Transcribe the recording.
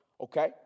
Okay